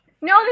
No